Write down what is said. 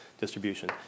distribution